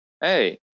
Hey